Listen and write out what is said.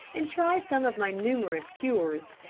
and try some of my numerous cures.